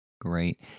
Great